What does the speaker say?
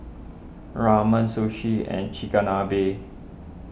Ramen Sushi and Chigenabe